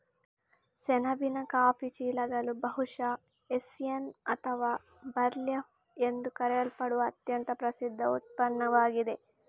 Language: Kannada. ಸೆಣಬಿನ ಕಾಫಿ ಚೀಲಗಳು ಬಹುಶಃ ಹೆಸ್ಸಿಯನ್ ಅಥವಾ ಬರ್ಲ್ಯಾಪ್ ಎಂದು ಕರೆಯಲ್ಪಡುವ ಅತ್ಯಂತ ಪ್ರಸಿದ್ಧ ಉತ್ಪನ್ನವಾಗಿದೆ